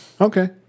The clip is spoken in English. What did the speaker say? Okay